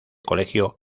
colegio